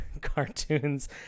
cartoons